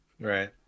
right